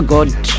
God